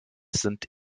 sind